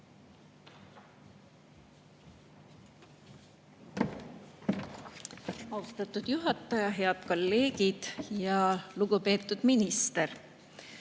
Austatud juhataja! Head kolleegid! Lugupeetud minister!